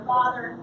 Father